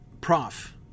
Prof